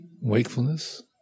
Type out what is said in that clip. wakefulness